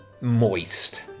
moist